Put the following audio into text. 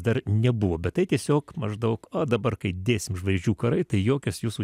dar nebuvo bet tai tiesiog maždaug o dabar kai dėsim žvaigždžių karai tai jokios jūsų